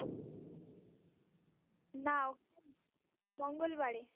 না ওটা মঙ্গলবারে